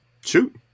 Shoot